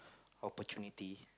opportunity